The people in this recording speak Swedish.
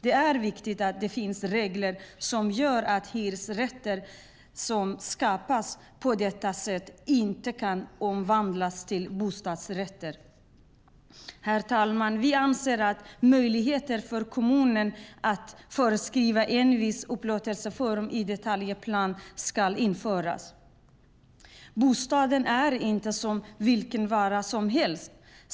Det är viktigt att det finns regler som gör att hyresrätter som skapas på detta sätt inte kan omvandlas till bostadsrätter. Vi anser att möjlighet för kommuner att föreskriva en viss upplåtelseform i detaljplan ska införas. Herr talman! Bostaden är inte som vilken vara som helst.